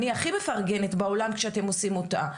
אני הכי מפרגנת בעולם כאשר אתם עושים אותה,